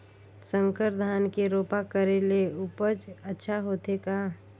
संकर धान के रोपा करे ले उपज अच्छा होथे का?